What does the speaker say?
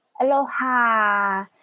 Aloha